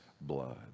blood